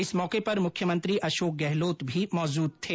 इस मौके पर मुख्यमंत्री अशोक गहलोत भी मौजूद थे